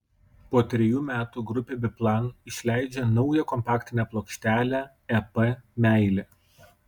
po trejų metų grupė biplan išleidžia naują kompaktinę plokštelę ep meilė